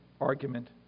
argument